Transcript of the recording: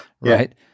right